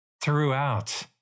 throughout